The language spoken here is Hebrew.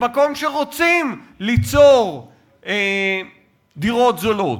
במקום שרוצים ליצור דירות זולות,